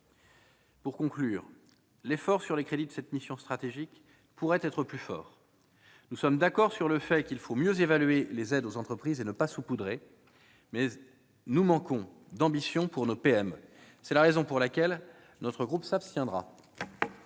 Pour conclure, l'effort sur les crédits de cette mission stratégique pourrait être plus important. Nous sommes d'accord sur le fait qu'il faut mieux évaluer les aides aux entreprises et ne pas les saupoudrer, mais les crédits attestent d'un manque d'ambition pour nos PME. C'est la raison pour laquelle notre groupe s'abstiendra.